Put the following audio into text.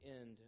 end